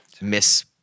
miss